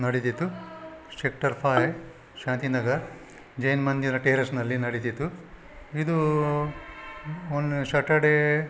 ನಡೆದಿತ್ತು sector five Shantinagar Jain ಮಂದಿರ ಟೆರೆಸ್ನಲ್ಲಿ ನಡೆದಿತ್ತು ಇದು ಮೊನ್ನೆ ಶಟರ್ಡೇ